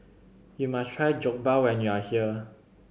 you must try Jokbal when you are here